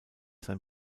sein